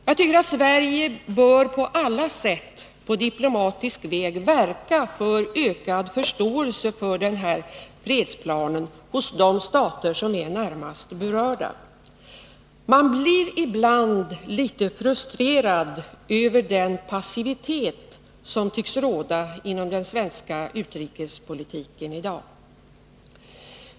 Jag tycker att Sverige på alla sätt på diplomatisk väg bör verka för ökad förståelse för denna fredsplan i de stater som är närmast berörda. Man blir ibland litet frustrerad över den passivitet som tycks råda inom den svenska utrikespolitiken i dag.